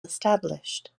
established